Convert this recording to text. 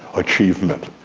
achievement,